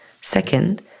second